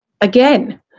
again